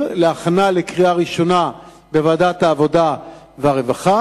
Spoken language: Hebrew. אותה להכנה לקריאה ראשונה בוועדת העבודה והרווחה.